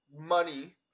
money